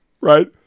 Right